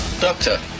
doctor